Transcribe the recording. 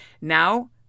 Now